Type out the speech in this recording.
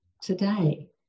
today